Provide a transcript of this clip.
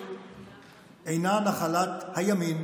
שהפטריוטיות אינה נחלת הימין.